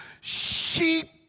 sheep